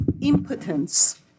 impotence